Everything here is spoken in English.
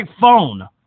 phone